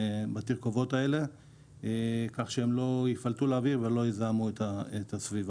בתרכובות האלה כך שהן לא תיפלטנה לאוויר ולא תזהמנה את הסביבה.